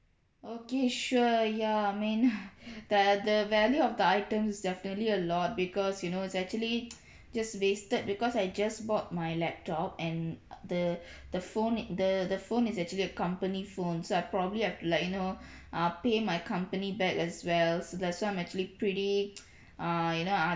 okay sure ya I mean that the value of the items definitely a lot because you know is actually just wasted because I just bought my laptop and uh the the phone it the the phone is actually a company phone so I probably have to like you know uh pay my company back as well so that's why I'm actually pretty err you know err